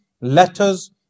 letters